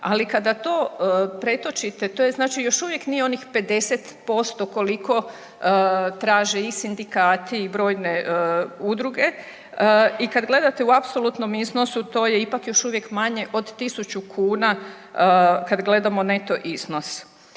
ali kada to pretočite, to je znači još uvijek nije onih 50% koliko traže i sindikati i brojne udruge i kad gledate u apsolutnom iznosu to je ipak još uvijek manje od 1.000 kuna kad gledamo neto iznos.